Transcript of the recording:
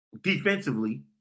defensively